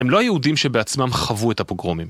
הם לא היהודים שבעצמם חוו את הפוגרומים.